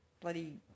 bloody